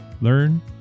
learn